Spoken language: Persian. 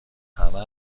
همه